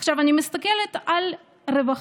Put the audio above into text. אני מסתכלת על הרווחה,